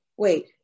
Wait